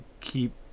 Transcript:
keep